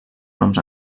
noms